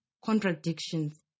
contradictions